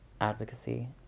advocacy